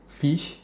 fish